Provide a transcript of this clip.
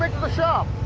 the shop?